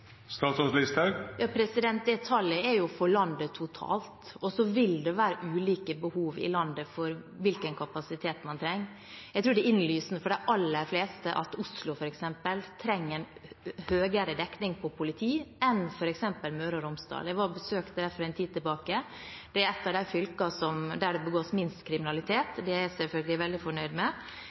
Det tallet er for landet totalt sett. Det vil være ulike behov rundt omkring i landet med tanke på hvilken kapasitet man trenger. Jeg tror det er innlysende for de aller fleste at f.eks. Oslo trenger en høyere dekning av politi enn f.eks. Møre og Romsdal. Jeg besøkte dem for en tid tilbake. Det er et av de fylkene hvor det begås minst kriminalitet, og det er jeg selvfølgelig veldig fornøyd med.